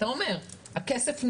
אתה אומר, הכסף ניגבה,